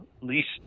least